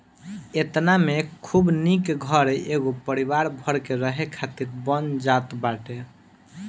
एतना में खूब निक घर एगो परिवार भर के रहे खातिर बन जात बाटे